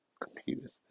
computers